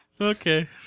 Okay